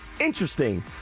interesting